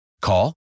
Call